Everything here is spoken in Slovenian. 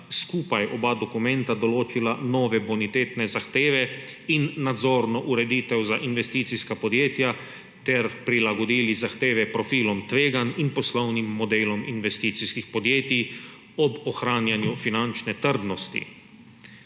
oba dokumenta določila nove bonitetne zahteve in nadzorno ureditev za investicija podjetja ter prilagodila zahteve profilom tveganj in poslovnim modelom investicijskih podjetij ob ohranjanju finančne trdnosti.